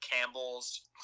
Campbell's